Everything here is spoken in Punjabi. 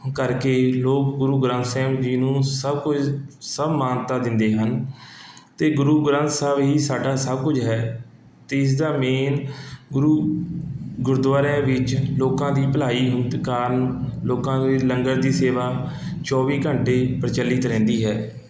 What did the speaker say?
ਕਰਕੇ ਲੋਕ ਗੁਰੂ ਗ੍ਰੰਥ ਸਾਹਿਬ ਜੀ ਨੂੰ ਸਭ ਕੁਝ ਸਭ ਮਾਨਤਾ ਦਿੰਦੇ ਹਨ ਅਤੇ ਗੁਰੂ ਗ੍ਰੰਥ ਸਾਹਿਬ ਹੀ ਸਾਡਾ ਸਭ ਕੁਝ ਹੈ ਅਤੇ ਇਸ ਦਾ ਮੇਨ ਗੁਰੂ ਗੁਰਦੁਆਰਿਆਂ ਵਿੱਚ ਲੋਕਾਂ ਦੀ ਭਲਾਈ ਕਾਰਨ ਲੋਕਾਂ ਦੀ ਲੰਗਰ ਦੀ ਸੇਵਾ ਚੌਵੀ ਘੰਟੇ ਪ੍ਰਚਲਿਤ ਰਹਿੰਦੀ ਹੈ